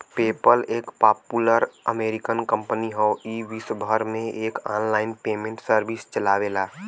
PayPal एक popular American company हौ ई विश्वभर में एक आनलाइन पेमेंट सर्विस चलावेला